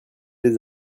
les